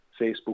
Facebook